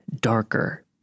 darker